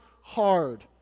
hard